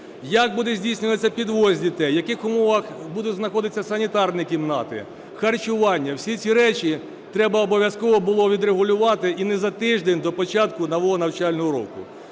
Як буде здійснюватися підвіз дітей, в яких умовах будуть знаходитися санітарні кімнати, харчування? Всі ці речі треба обов'язково було відрегулювати і не за тиждень до початку нового навчального року.